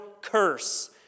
curse